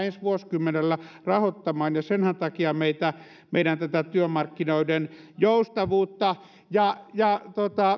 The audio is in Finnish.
ensi vuosikymmenellä rahoittamaan ja senhän takia meidän tätä työmarkkinoiden joustavuutta ja ja